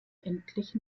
endlich